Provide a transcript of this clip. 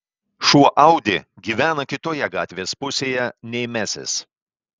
šuo audi gyvena kitoje gatvės pusėje nei mesis